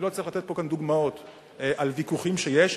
אני לא צריך לתת פה דוגמאות על ויכוחים שיש,